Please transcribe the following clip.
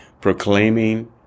proclaiming